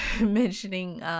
mentioning